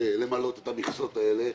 למלא את המכסות האלה.